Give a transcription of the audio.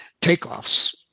takeoffs